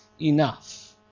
enough